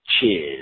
Cheers